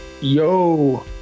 Yo